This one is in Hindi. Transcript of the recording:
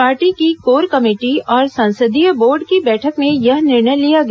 पार्टी की कोर कमेटी और संसदीय बोर्ड की बैठक में यह निर्णय लिया गया